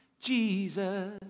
Jesus